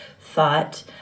thought